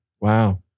Wow